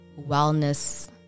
wellness